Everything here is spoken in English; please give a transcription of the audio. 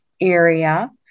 area